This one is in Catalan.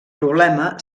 problema